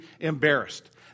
embarrassed